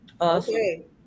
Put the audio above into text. Okay